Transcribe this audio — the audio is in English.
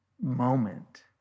moment